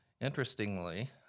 interestingly